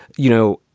you know,